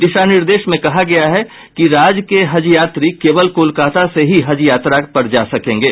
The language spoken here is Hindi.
दिशा निर्देश में कहा गया है कि राज्य के हज यात्री केवल कोलकाता से ही हज यात्रा पर जा सकेंगे